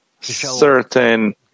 certain